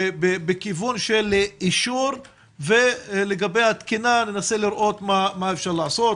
בכיוון של אישור ולגבי התקינה ננסה לראות מה אפשר לעשות,